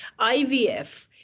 ivf